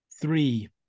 three